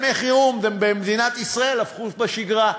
ימי חירום במדינת ישראל הפכו לשגרה,